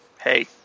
hey